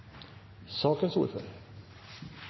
sakens